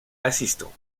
assistant